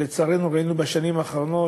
לצערנו, ראינו בשנים האחרונות